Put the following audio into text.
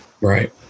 Right